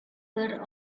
were